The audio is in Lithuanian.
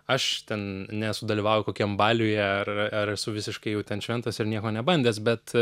aš ten nesudalyvauju kokiam baliuje ar esu visiškai jau ten šventas ir nieko nebandęs bet